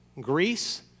Greece